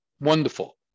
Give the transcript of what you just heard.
wonderful